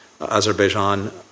Azerbaijan